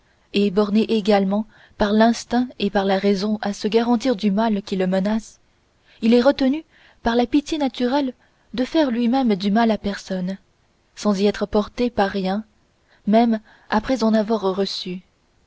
et borné également par l'instinct et par la raison à se garantir du mal qui le menace il est retenu par la pitié naturelle de faire lui-même du mal à personne sans y être porté par rien même après en avoir reçu